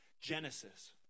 Genesis